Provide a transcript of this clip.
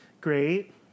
Great